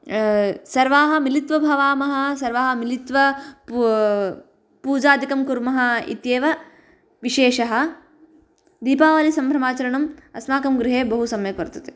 सर्वाः मिलित्वा भवामः सर्वाः मिलित्वा पूजादिकं कुर्मः इत्येव विशेषः दीपावलिसम्भ्रमाचारणम् अस्माकं गृहे बहु सम्यक् वर्तते